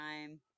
time